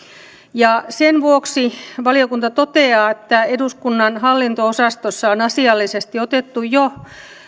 ja sen vuoksi valiokunta toteaa että eduskunnan hallinto osastossa on asiallisesti otettu jo